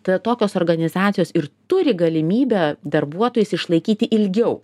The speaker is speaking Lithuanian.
tada tokios organizacijos ir turi galimybę darbuotojus išlaikyti ilgiau